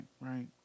right